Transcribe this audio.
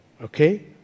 Okay